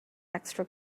extra